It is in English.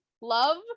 love